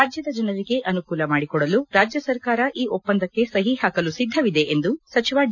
ರಾಜ್ದದ ಜನರಿಗೆ ಅನುಕೂಲ ಮಾಡಿಕೊಡಲು ರಾಜ್ಯ ಸರ್ಕಾರ ಈ ಒಪ್ಪಂದಕ್ಕೆ ಸಹಿ ಹಾಕಲು ಸಿದ್ದವಿದೆ ಎಂದು ಸಚಿವ ಡಿ